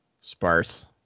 sparse